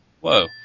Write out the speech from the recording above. Whoa